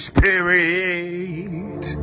Spirit